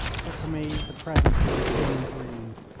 but to me the present was a dim dream,